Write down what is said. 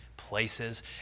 places